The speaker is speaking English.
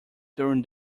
during